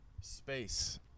space